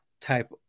type